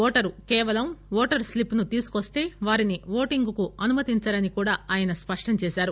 voter కేవలం voter స్లిప్పును తీసుకుని వస్త వారిని ఓటింగ్ కు అనుమతించరని కూడా ఆయన స్పష్లం చేశారు